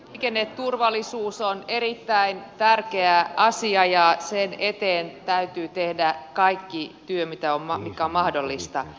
liikenneturvallisuus on erittäin tärkeä asia ja sen eteen täytyy tehdä kaikki työ mikä on mahdollista